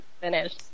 finish